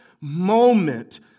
moment